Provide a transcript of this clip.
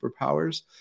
superpowers